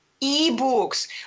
E-books